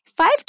Five